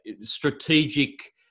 strategic